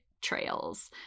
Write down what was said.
trails